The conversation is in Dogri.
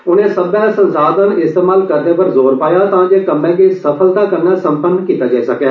उने सब्बे संसाध्न इस्तेमाल करने पर जोर पाया तां जे कर्म्भे गी सफलता कन्नै संपन्न कीता जाई सकैं